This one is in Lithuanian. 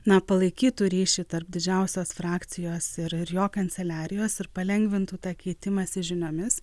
na palaikytų ryšį tarp didžiausios frakcijos ir ir jo kanceliarijos ir palengvintų tą keitimąsi žiniomis